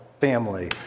family